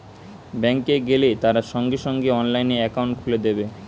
bank এ গেলে তারা সঙ্গে সঙ্গে অনলাইনে একাউন্ট খুলে দেবে